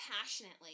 passionately